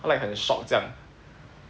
like 很 shock 这样